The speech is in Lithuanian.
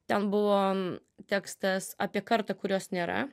ten buvo tekstas apie kartą kurios nėra